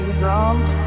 drums